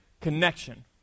connection